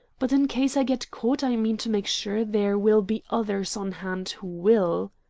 but in case i get caught i mean to make sure there will be others on hand who will.